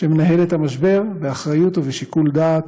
שמנהל את המשבר באחריות ובשיקול דעת,